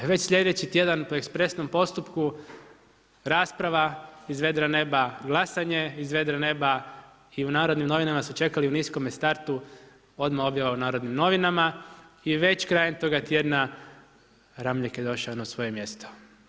Već sljedeći tjedan po ekspresnom postupku rasprava iz vedra nema, glasanje iz vedra nema i u Narodnim novinama su čekali u niskom startu odmah objava u Narodnim novinama i već krajem toga tjedna Ramljak je došao na svoje mjesto.